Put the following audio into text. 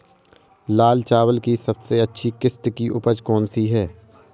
लाल चावल की सबसे अच्छी किश्त की उपज कौन सी है?